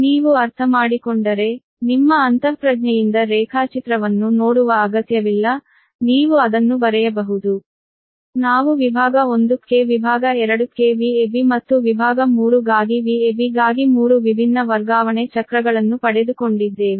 ನೀವು ಅರ್ಥಮಾಡಿಕೊಂಡರೆ ನಿಮ್ಮ ಅಂತಃಪ್ರಜ್ಞೆಯಿಂದ ರೇಖಾಚಿತ್ರವನ್ನು ನೋಡುವ ಅಗತ್ಯವಿಲ್ಲ ನೀವು ಅದನ್ನು ಬರೆಯಬಹುದು